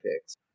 picks